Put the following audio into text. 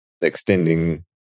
extending